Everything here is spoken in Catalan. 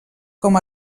com